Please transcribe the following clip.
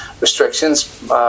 restrictions